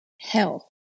hell